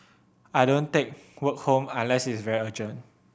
I don't take work home unless is very urgent